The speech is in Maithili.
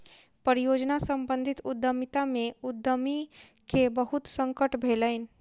परियोजना सम्बंधित उद्यमिता में उद्यमी के बहुत संकट भेलैन